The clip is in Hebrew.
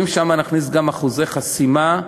ואם שם נכניס גם אחוזי חסימה,